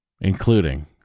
including